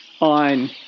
on